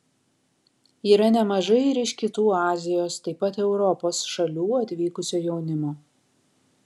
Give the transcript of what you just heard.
yra nemažai ir iš kitų azijos taip pat europos šalių atvykusio jaunimo